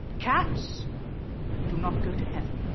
cats do not go to heaven.